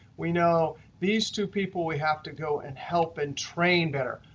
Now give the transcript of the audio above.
we know these two people, we have to go and help and train better.